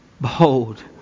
Behold